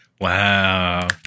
Wow